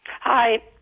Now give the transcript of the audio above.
Hi